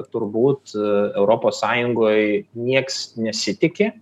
turbūt europos sąjungoj nieks nesitiki